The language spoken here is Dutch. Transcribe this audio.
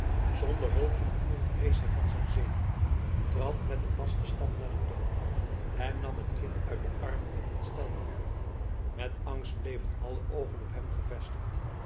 zonder hulp van iemand rees hij van zijn zetel trad met een vasten stap naar de doopvont en nam net kind uit de armen der ontstelde moeder met angst bleven alle oogen op hem gevestigd